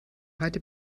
heute